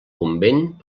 convent